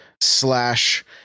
slash